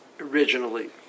originally